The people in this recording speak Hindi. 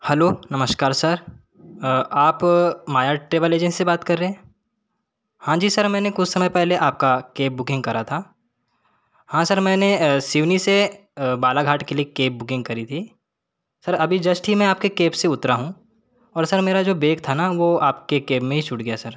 हलो नमस्कार सर आप माया ट्रैवल एजेंसी से बात कर रहे हैं हाँ जी सर मैंने कुछ समय पहले आपका कैब बुकिंग करा था हाँ सर मैंने सिवनी से बालाघाट के लिए कैब बुकिंग करी थी सर अभी जस्ट ही मैं आपकी कैब से उतरा हूँ और सर मेरा जो बैग था ना वो आपके कैब में छूट गया सर